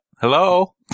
Hello